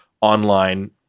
online